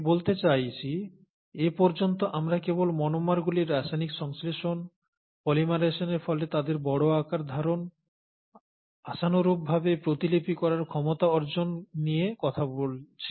আমি বলতে চাইছি এ পর্যন্ত আমরা কেবল মনোমারগুলির রাসায়নিক সংশ্লেষণ পলিমারাইজেশনের ফলে তাদের বড় আকার ধারণ আশানুরূপভাবে প্রতিলিপি করার ক্ষমতা অর্জন নিয়ে কথা বলছি